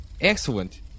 Excellent